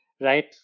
right